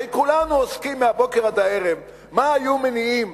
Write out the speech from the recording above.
הרי כולנו עוסקים מהבוקר עד הערב מה היו המניעים